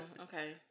Okay